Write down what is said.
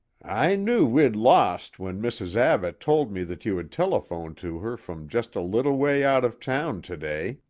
i knew we'd lost when mrs. abbott told me that you had telephoned to her from just a little way out of town to-day,